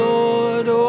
Lord